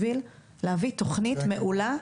על מנת להביא תכנית מעולה,